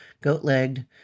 goat-legged